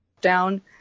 down